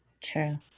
True